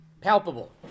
palpable